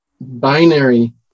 binary